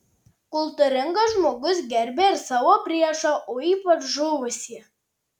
kultūringas žmogus gerbia ir savo priešą o ypač žuvusį